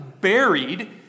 buried